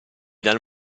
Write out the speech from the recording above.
dal